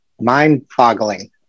mind-boggling